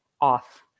off